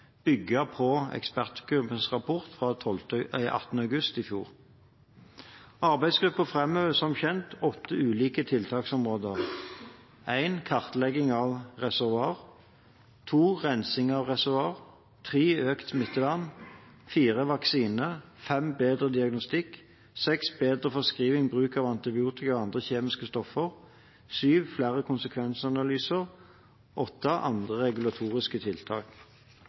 på ekspertgruppens rapport fra 18. august i fjor. Arbeidsgruppen framhever som kjent åtte ulike tiltaksområder: 1) kartlegging av reservoar, 2) rensing av reservoar, 3) økt smittevern, 4) vaksiner, 5) bedre diagnostikk, 6) bedre forskriving/bruk av antibiotika og andre kjemiske stoffer, 7) flere konsekvensanalyser, 8) andre regulatoriske tiltak.